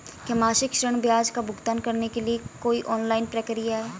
क्या मासिक ऋण ब्याज का भुगतान करने के लिए कोई ऑनलाइन प्रक्रिया है?